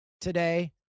Today